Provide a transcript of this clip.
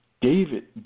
David